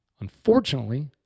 unfortunately